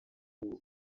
ubuntu